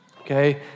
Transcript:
okay